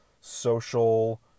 social